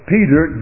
Peter